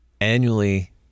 annually